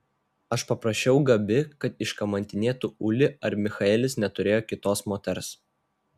aš paprašiau gabi kad iškamantinėtų ulį ar michaelis neturėjo kitos moters